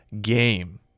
game